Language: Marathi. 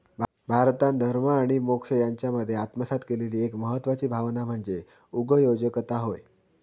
भारतान धर्म आणि मोक्ष यांच्यामध्ये आत्मसात केलेली एक महत्वाची भावना म्हणजे उगयोजकता होय